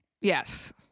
Yes